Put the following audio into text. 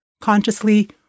consciously